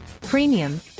premium